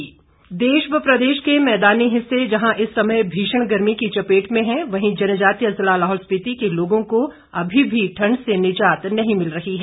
लाहौल ठण्ड देश व प्रदेश के मैदानी हिस्से जहां इस समय भीषण गर्मी की चपेट में है वहीं जनजातीय जिला लाहौल स्पिति के लोगों को अभी भी ठण्ड से निजात नहीं मिल रही है